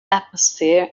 atmosphere